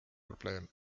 probleem